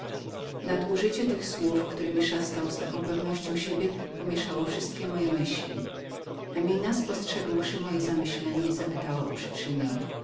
nadużycie tych wyrażeń któremi szastał z takiem zaufaniem pomieszało wszystkie moje myśli emina spostrzegłszy moje zamyślenie zapytała o przyczynę